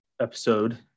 episode